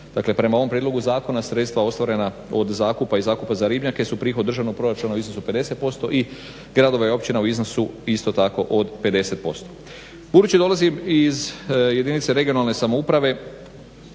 Dakle prema ovom prijedlogu zakona sredstva ostvarena od zakupa i zakupa za ribnjake su prihod državnog proračuna u iznosu 50% i gradova i općina u iznosu isto tako od 50%. Budući da dolazim iz jedinice regionalne samouprave